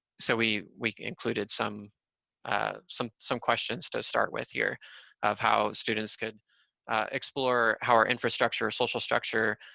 so we we included some ah some, some questions to start with here of how students could explore how our infrastructure, social structure,